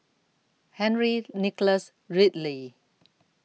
Henry Nicholas Ridley